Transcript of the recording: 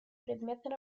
предметной